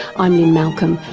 i'm lynne malcolm,